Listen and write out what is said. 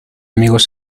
amigos